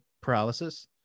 paralysis